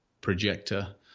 projector